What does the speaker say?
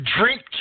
Drink